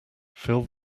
fill